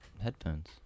headphones